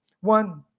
one